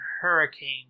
Hurricane